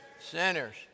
Sinners